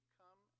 come